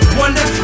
wonder